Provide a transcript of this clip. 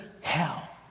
hell